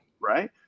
Right